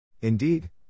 Indeed